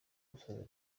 gusuzuma